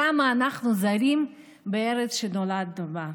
כמה אנחנו זרים בארץ שנולדנו בה.